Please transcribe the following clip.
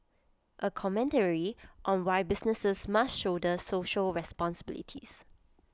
A commentary on why businesses must shoulder social responsibilities